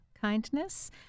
kindness